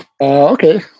Okay